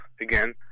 again